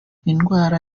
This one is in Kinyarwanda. indwara